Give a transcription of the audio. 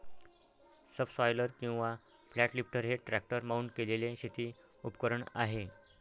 subsoiler किंवा flat lifter हे tractor mount केलेले शेती उपकरण आहे